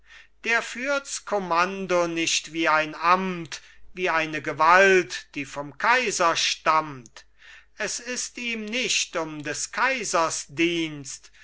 der führt s kommando nicht wie ein amt wie eine gewalt die vom kaiser stammt es ist ihm nicht um des kaisers dienst